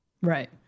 Right